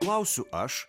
klausiu aš